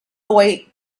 away